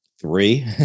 three